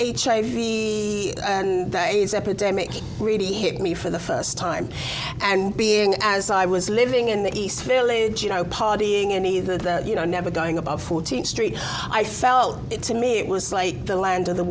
the aids epidemic really hit me for the first time and being as i was living in the east village you know partying and either the you know never going above fourteenth street i felt it to me it was like the land of the